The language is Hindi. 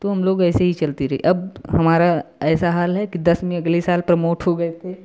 तो हम लोग ऐसे ही चलती रही अब हमारा ऐसा हाल है कि दस में अगले साल प्रमोट हो गए थे